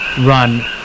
run